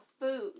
food